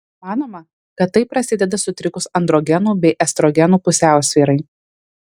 manoma kad tai prasideda sutrikus androgenų bei estrogenų pusiausvyrai